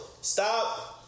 stop